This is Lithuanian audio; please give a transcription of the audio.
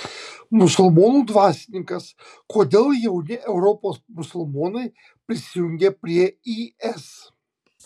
musulmonų dvasininkas kodėl jauni europos musulmonai prisijungia prie is